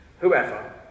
whoever